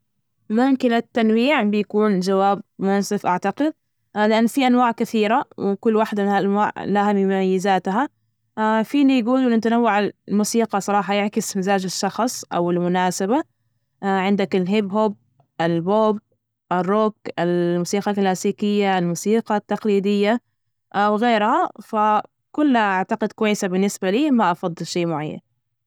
ممكن التنويع بيكون جواب منسف، أعتقد لأن في أنواع كثيرة وكل واحدة من هالأنواع لها مميزاتها، فيني أجول إن تنوع الموسيقى صراحة يعكس مزاج الشخص أو المناسبة، عندك الهيب هوب، البوب، الروك، الموسيقى كلاسيكية، الموسيقى التقليدية أو غيرها، فكلها أعتقد كويسة، بالنسبة لي ما أفضل شي معين.